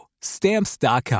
Stamps.com